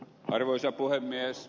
arvoisa puhemies